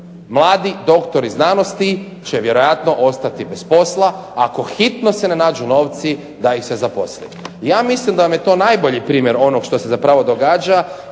Mladi doktori znanosti će vjerojatno ostati bez posla ako se hitno ne nađu novci da ih se zaposli. Ja mislim da vam je to najbolji primjer zapravo onoga